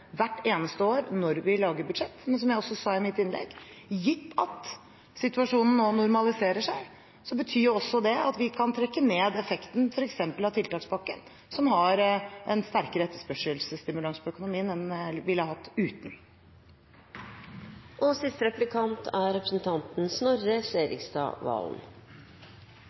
hvert eneste år når vi lager budsjett. Men, som jeg også sa i mitt innlegg, gitt at situasjonen nå normaliserer seg, så betyr jo det at vi kan trekke ned effekten f.eks. av tiltakspakken, som har en sterkere etterspørselsstimulans på økonomien enn en ville hatt uten.